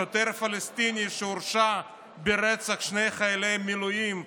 שוטר פלסטיני שהורשע ברצח שני חיילי מילואים בלינץ'